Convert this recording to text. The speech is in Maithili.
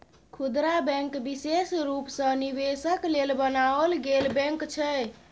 खुदरा बैंक विशेष रूप सँ निवेशक लेल बनाओल गेल बैंक छै